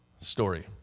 story